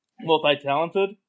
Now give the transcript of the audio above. multi-talented